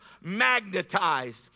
magnetized